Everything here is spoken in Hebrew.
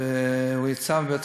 הוא יצא בזול.